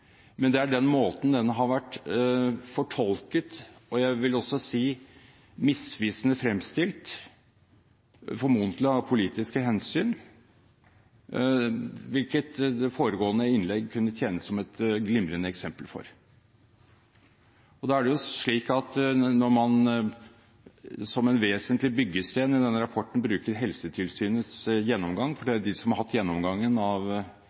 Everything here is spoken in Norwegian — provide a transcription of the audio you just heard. men det er den måten den har vært fortolket på – og jeg vil vel også si misvisende fremstilt – formodentlig av politiske hensyn, hvilket det foregående innlegg kunne tjene som et glimrende eksempel på. Når man da, som en vesentlig byggestein i denne rapporten, bruker Helsetilsynets gjennomgang – for det er jo de som har hatt gjennomgangen av